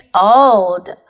old